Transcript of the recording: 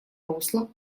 русло